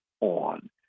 on